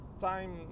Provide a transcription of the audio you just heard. time